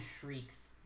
shrieks